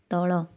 ତଳ